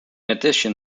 addition